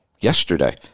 yesterday